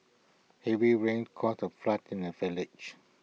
heavy rains caused A flood in the village